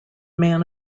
man